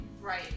right